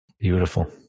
Beautiful